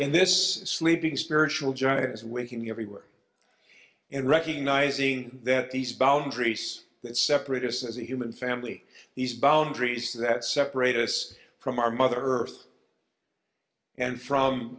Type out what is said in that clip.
and this sleeping spiritual giants waking everywhere and recognizing that these boundaries that separate us as human family these boundaries that separate us from our mother earth and from